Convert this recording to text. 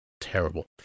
terrible